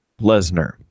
Lesnar